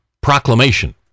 proclamation